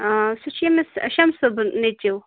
آ سُہ چھِ ییٚمِس شَم صٲبُن نیٚچوٗ